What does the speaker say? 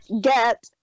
get